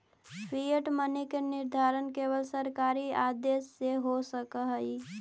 fiat money के निर्धारण केवल सरकारी आदेश से हो सकऽ हई